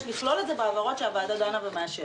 לכלול את זה בהעברות שהוועדה דנה ומאשרת?